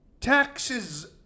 taxes